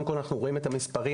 אנחנו רואים את המספרים